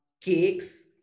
cakes